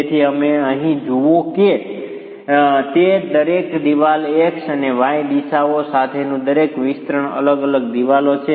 તેથી તમે અહીં જુઓ છો તે દરેક દિવાલ x અને y દિશાઓ સાથેનું દરેક વિસ્તરણ અલગ અલગ દિવાલો છે